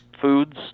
foods